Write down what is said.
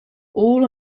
all